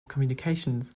communications